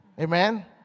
Amen